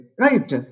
right